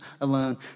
alone